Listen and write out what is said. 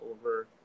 over